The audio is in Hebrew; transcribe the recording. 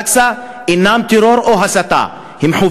היא אנטי-דמוקרטית ומופנית נגד כל האוכלוסייה הערבית,